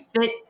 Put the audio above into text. fit